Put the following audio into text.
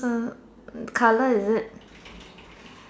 uh colour is it